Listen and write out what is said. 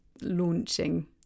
launching